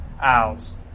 out